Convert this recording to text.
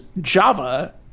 Java